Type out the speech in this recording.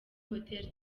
hotel